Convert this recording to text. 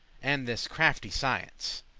and this crafty science.